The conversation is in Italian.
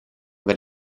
per